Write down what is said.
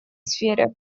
сфере